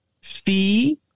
fee